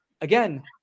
again